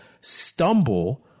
stumble